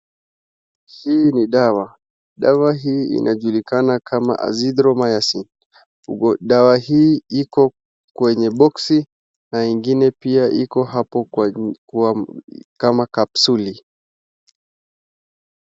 Hii ni dawa, dawa hii inajulikana kama Azithromycin dawa hii iko kwenye boksi na ingine pia iko hapo kama kapsuli.